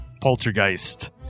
Poltergeist